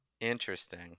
Interesting